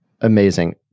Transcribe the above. Amazing